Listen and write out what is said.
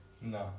No